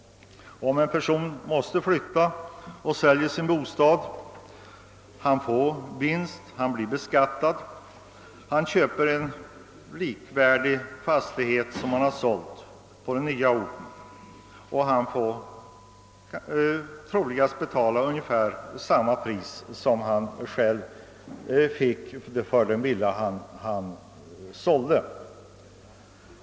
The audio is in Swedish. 'Om en person måste flytta och då säljer sin bostad, får han en vinst som blir beskattad. På den nya orten köper han en likvärdig fastighet, för vilken han troligen får betala ungefär samma pris som han fått för den villa han sålt.